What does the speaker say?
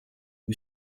who